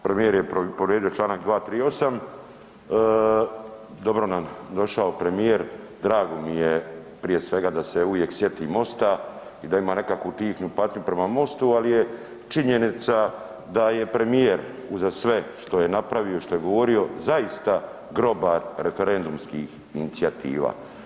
Premijer je povrijedio Članak 238., dobro nam došao premijer, drago mi je prije svega da se uvijek sjeti MOST-a i da ima nekakvu tihu patnju prema MOST-u ali je činjenica da je premijer uza sve što je napravio i što je govorio zaista grobar referendumskih inicijativa.